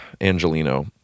Angelino